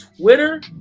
Twitter